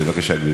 בבקשה, גברתי.